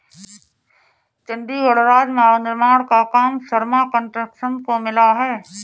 चंडीगढ़ राजमार्ग निर्माण का काम शर्मा कंस्ट्रक्शंस को मिला है